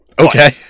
Okay